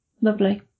lovely